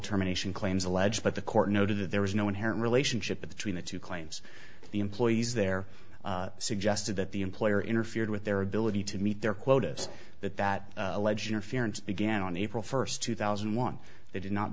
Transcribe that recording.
termination claims alleged but the court noted that there was no inherent relationship between the two claims the employees there suggested that the employer interfered with their ability to meet their quotas that that alleged interference began on april first two thousand and one they did not